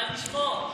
אבל נשמור.